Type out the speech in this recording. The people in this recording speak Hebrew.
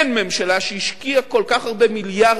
אין ממשלה שהשקיעה כל כך הרבה מיליארדים,